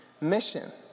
mission